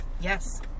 Yes